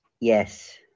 Yes